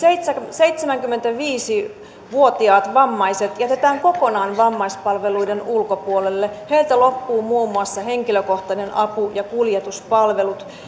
seitsemänkymmentäviisi vuotiaat vammaiset jätetään kokonaan vammaispalveluiden ulkopuolelle heiltä loppuu muun muassa henkilökohtainen apu ja kuljetuspalvelut